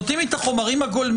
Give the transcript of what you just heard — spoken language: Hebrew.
נותנים לי את החומרים הגולמיים.